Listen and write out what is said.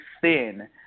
thin